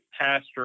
pastor